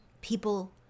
people